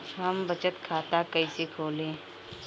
हम बचत खाता कईसे खोली?